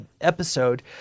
episode